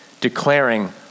declaring